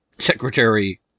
Secretary